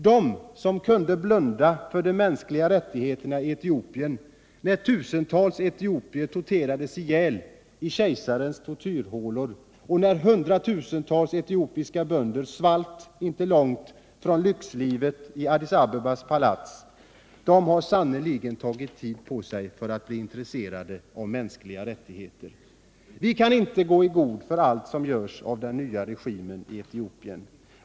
De som kunde blunda för de mänskliga rättigheterna i Etiopien, när tusentals etiopier torterades ihjäl i kejsarens tortyrhålor och när hundratusentals etiopiska bönder svalt inte långt från lyxlivet i Addis Abebas palats, de har sannerligen tagit tid på sig att bli intresserade av mänskliga rättigheter. Vi kan inte gå i god för allt som görs av den nya regimen i Etiopien.